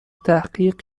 تحقیق